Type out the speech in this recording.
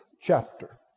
chapter